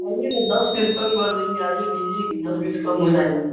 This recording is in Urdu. آئیے نا دس بیس کم کر دیں گے آئیے لیجیے دس بیس کم ہو جائے گا